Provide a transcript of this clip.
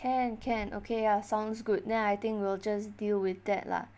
can can okay ya sounds good then I think we'll just deal with that lah